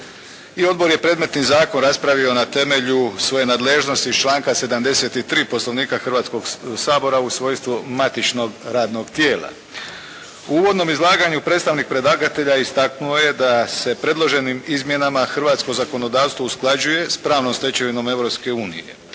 I odbor je predmetni zakon raspravi na temelju svoje nadležnosti iz članka 73. Poslovnika Hrvatskog sabora u svojstvu matičnog radnog tijela. U uvodnom izlaganju predstavnik predlagatelja istaknuo je da se predloženim izmjenama hrvatsko zakonodavstvo usklađuje s pravnom stečevinom